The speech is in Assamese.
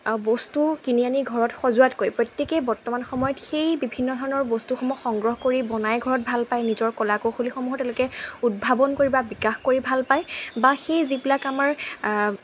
বস্তু কিনি আনি ঘৰত সজোৱাতকৈ প্ৰত্যেকেই বৰ্তমান সময়ত সেই বিভিন্ন ধৰণৰ বস্তুসমুহ সংগ্ৰহ কৰি বনাই ঘৰত ভাল পায় নিজৰ কলা কৌশলিসমূহো তেওঁলোকে উদ্ভাৱন কৰি বা বিকাশ কৰি ভাল পায় বা সেই যিবিলাক আমাৰ